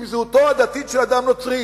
עם זהותו הדתית של אדם נוצרי